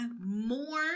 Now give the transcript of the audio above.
more